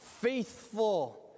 faithful